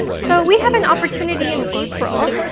so we have an opportunity in april.